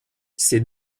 ces